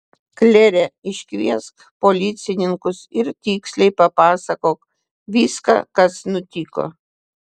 klere iškviesk policininkus ir tiksliai papasakok viską kas nutiko